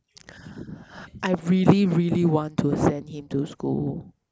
I really really want to send him to school